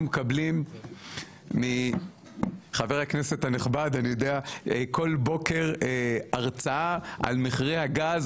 מקבלים מחבר הכנסת הנכבד כל בוקר הרצאה על מחירי הגז,